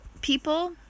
people